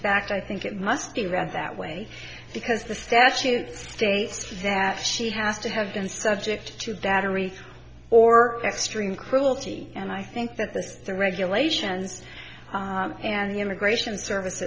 fact i think it must be read that way because the statute states that she has to have been subject to battery or extreme cruelty and i think that this is the regulations and the immigration service